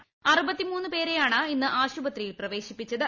O പേരെയാണ് ഇന്ന് ആശുപത്രിയിൽ പ്രവേശിപ്പിച്ചത്